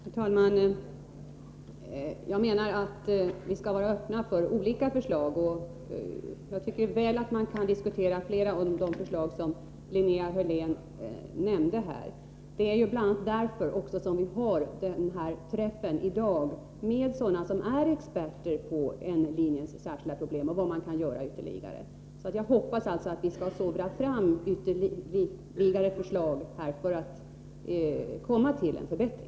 Herr talman! Jag menar att vi skall vara öppna för olika förslag. Jag tycker att man mycket väl kan diskutera flera av de förslag som Linnea Hörlén nämnde här. Det är bl.a. därför vi har en träff i dag med experter på N-linjens särskilda problem. Vid denna träff bör synpunkter på vad som kan göras ytterligare komma fram. Jag hoppas alltså att vi skall sovra fram ytterligare förslag för att kunna åstadkomma en förbättring.